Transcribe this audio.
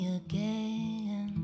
again